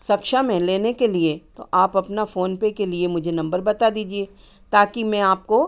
सक्षम हैं लेने के लिए तो आप अपना फ़ोनपे के लिए मुझे नंबर बता दीजिए ताकि मैं आपको